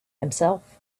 himself